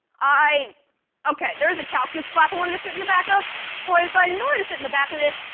i ok, there was a calculus class i wanted to sit in the back of, so, i decided, in order to sit in the back of this,